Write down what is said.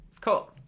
Cool